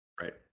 Right